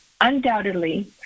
Undoubtedly